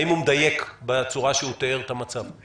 האם הוא מדייק בצורה שהוא תיאר את המצב?